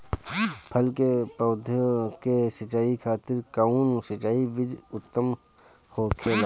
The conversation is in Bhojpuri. फल के पौधो के सिंचाई खातिर कउन सिंचाई विधि उत्तम होखेला?